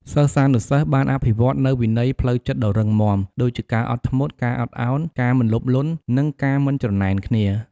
សិស្សានុសិស្សបានអភិវឌ្ឍនូវវិន័យផ្លូវចិត្តដ៏រឹងមាំ ដូចជាការអត់ធ្មត់ ការអត់ឱន ការមិនលោភលន់ និងការមិនច្រណែនគ្នា។